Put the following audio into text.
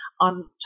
on